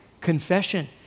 confession